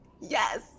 Yes